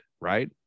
right